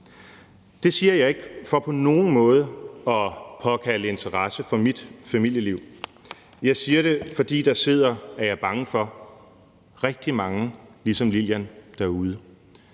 Det siger jeg ikke for på nogen måde at påkalde interesse for mit familieliv, men jeg siger det, fordi der sidder, er jeg bange for, rigtig mange ligesom Lillian derude,